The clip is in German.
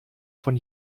von